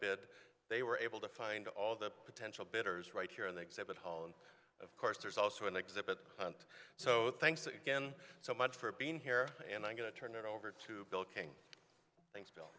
bid they were able to find all the potential bidders right here in the exhibit hall and of course there's also an exhibit so thanks again so much for being here and i'm going to turn it over to bill king thanks